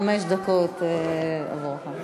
חמש דקות עבורך.